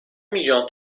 milyon